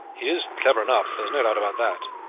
he is clever enough there's no doubt about that.